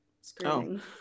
screaming